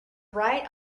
right